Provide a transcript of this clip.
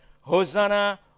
Hosanna